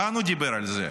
כאן הוא דיבר על זה,